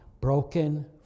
broken